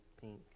Pink